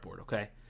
okay